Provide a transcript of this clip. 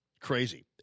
Crazy